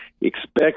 expect